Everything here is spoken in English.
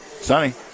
Sunny